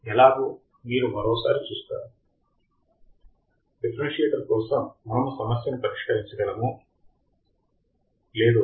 ఎలాగూ మీరు మరోసారి చూస్తారు డిఫరెన్షియేటర్ కోసం మనము సమస్యను పరిష్కరించగలమో